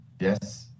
Yes